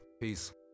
Peace